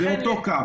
זה אותו קו.